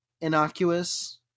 innocuous